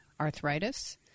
arthritis